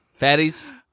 fatties